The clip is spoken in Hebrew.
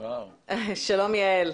שלום יעל.